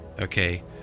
okay